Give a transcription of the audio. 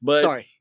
Sorry